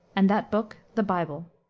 and that book the bible.